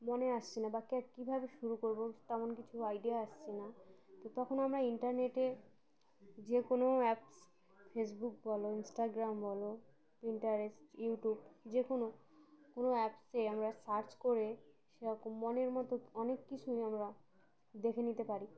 মনে আসছে না বা ক আর কীভাবে শুরু করবো তেমন কিছু আইডিয়া আসছে না তো তখন আমরা ইন্টারনেটে যে কোনো অ্যাপস ফেসবুক বলো ইন্স্টাগ্রাম বলো পিন্টারেস্ট স ইউটিউব যে কোনো কোনো অ্যাপসে আমরা সার্চ করে সেরকম মনের মতো অনেক কিছুই আমরা দেখে নিতে পারি